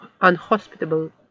unhospitable